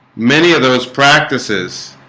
many of those practices